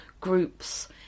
groups